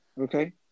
Okay